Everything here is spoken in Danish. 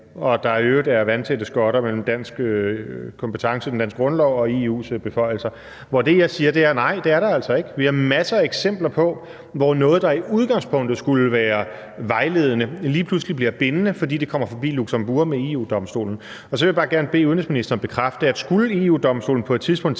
at der i øvrigt er vandtætte skotter mellem dansk kompetence, den danske grundlov, og EU's beføjelser, mens det, jeg siger, er, at nej, det er der altså ikke. Vi har masser af eksempler på, at noget, der i udgangspunktet skulle være vejledende, lige pludselig bliver bindende, fordi det kommer forbi Luxembourg med EU-Domstolen. Så vil jeg bare gerne bede udenrigsministeren bekræfte, at skulle EU-Domstolen på et tidspunkt tillægge